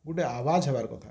ଗୁଟେ ଆୱାଜ୍ ହେବାର୍ କଥା